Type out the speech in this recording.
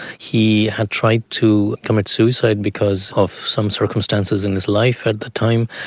he had tried to commit suicide because of some circumstances in his life at that time,